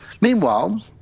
meanwhile